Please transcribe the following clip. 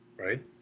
right